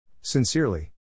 Sincerely